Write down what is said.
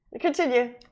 Continue